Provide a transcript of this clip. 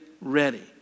ready